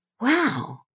Wow